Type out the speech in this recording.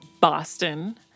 Boston